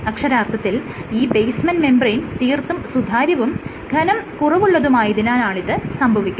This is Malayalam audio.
അക്ഷരാർത്ഥത്തിൽ ഈ ബേസ്മെൻറ് മെംബ്രേയ്ൻ തീർത്തും സുതാര്യവും ഘനം കുറവുള്ളതുമായതിനാലാണിത് സംഭവിക്കുന്നത്